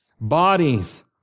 Bodies